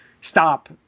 stop